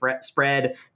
spread